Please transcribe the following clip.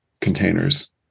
containers